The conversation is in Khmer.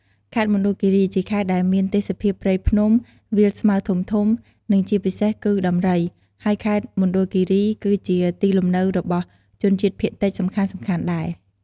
ខេត្តមណ្ឌលគិរី ជាខេត្តដែលមានទេសភាពព្រៃភ្នំ វាលស្មៅធំៗ និងជាពិសេសគឺ ដំរី ហើយខេត្តមណ្ឌលគិរីក៏ជាទីលំនៅរបស់ ជនជាតិភាគតិចសំខាន់ៗដែល។